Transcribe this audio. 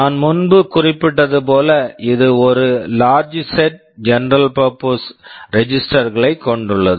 நான் முன்பு குறிப்பிட்டது போல இது ஒரு large set large set general purpose register general purpose registers களைக் கொண்டுள்ளது